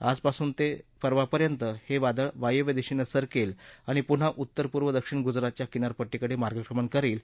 आजपासून ते परवा पर्यंत हे वादळ वायव्य दिशेने सरकेल आणि पुन्हा उत्तरपूर्व दक्षिण गुजरातच्या किनारपट्टीकडे मार्गक्रमण करेल